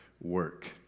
work